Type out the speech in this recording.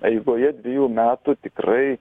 eigoje dvejų metų tikrai